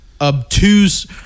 obtuse